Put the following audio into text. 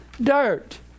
dirt